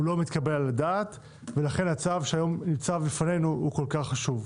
הוא לא מתקבל על הדעת ולכן הצו שהיום ניצב בפנינו הוא כל כך חשוב.